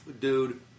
Dude